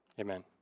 Amen